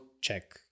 check